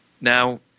Now –